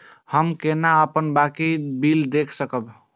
हम केना अपन बाँकी बिल देख सकब?